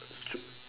that's true